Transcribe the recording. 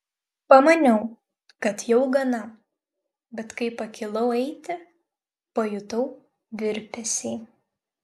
pamaniau kad jau gana bet kai pakilau eiti pajutau virpesį